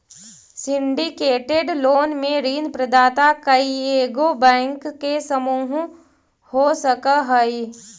syndicated loan में ऋण प्रदाता कइएगो बैंक के समूह हो सकऽ हई